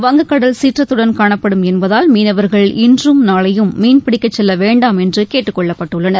வங்கக் கடல் சீற்றத்துடன் காணப்படும் என்பதால் மீனவர்கள் இன்றும் நாளையும் மீன்பிடிக்கச் செல்ல வேண்டாம் என்று கேட்டுக் கொள்ளப்பட்டுள்ளனர்